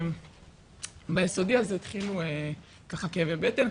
ביסודי התחילו כאבי בטן,